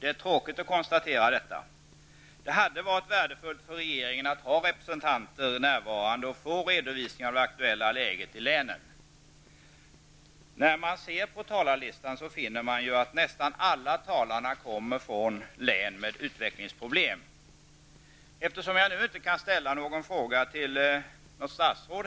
Det är tråkigt att konstatera detta. Det hade varit värdefullt för regeringen att ha representanter närvarande och få redovisningar av det aktuella läget i länen. När man ser på talarlistan finner man att nästan alla talare kommer från län med utvecklingsproblem. Eftersom jag nu inte kan ställa någon fråga till något statsråd,